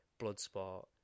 Bloodsport